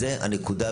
זאת הנקודה.